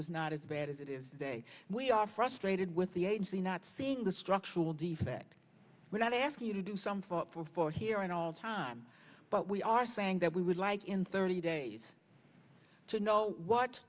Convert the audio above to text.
was not as bad as it is day and we are frustrated with the aged the not seeing the structural defects we're not asking you to do some fought for for here and all the time but we are saying that we would like in thirty days to know what